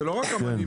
זה לא רק אמנים.